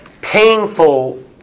painful